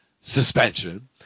suspension